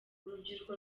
urubyiruko